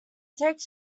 takes